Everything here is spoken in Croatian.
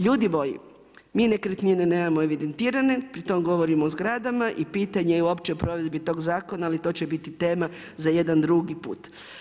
Ljudi moji, mi nekretnine nemamo evidentirane, pritom govorim o zgrada, i pitanje je uopće provedbe tog zakona ali to će biti tema za jedan drugi put.